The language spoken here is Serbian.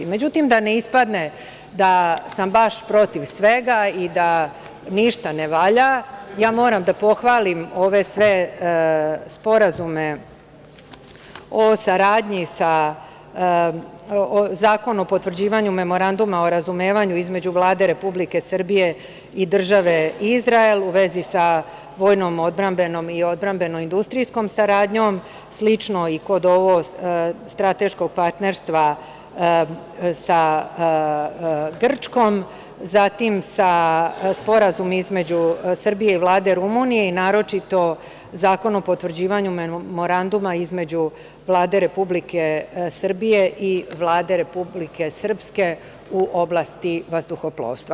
Međutim, da ne ispadne da sam baš protiv svega i da ništa ne valja, ja moram da pohvalim sve ove sporazume o saradnji, Zakon o potvrđivanju Memoranduma o razumevanju između Vlade Republike Srbije i Države Izrael u vezi sa vojnom, odbrambenom i odbrambeno-industrijskom saradnjom, slično i kod ovog strateškog partnerstva sa Grčkom, Sporazum između Srbije i Vlade Rumunije i naročito Zakon o potvrđivanju Memoranduma između Vlade Republike Srbije i Vlade Republike Srpske u oblasti vazduhoplovstva.